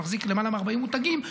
שמחזיק למעלה מ-40 מותגים,